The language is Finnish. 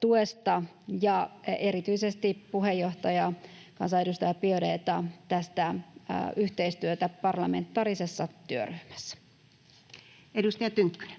tuesta ja erityisesti puheenjohtaja, kansanedustaja Biaudet’ta tästä yhteistyöstä parlamentaarisessa työryhmässä. [Speech